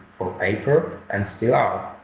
for paper and.